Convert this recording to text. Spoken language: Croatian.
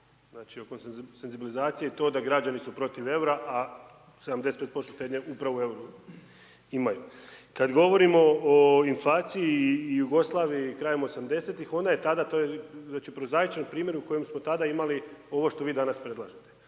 znači oko senzibilizacije toga da građani su protiv eura a 75% štednje upravo u euru imaju. Kad govorimo o inflaciji i Jugoslaviji krajem 80-ih, ona je tada, to je već i prozaičan primjer u kojem smo tada imali ovo što vi danas predlažete